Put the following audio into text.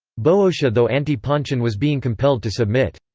boeotia though anti-pontian was being compelled to submit.